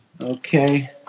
Okay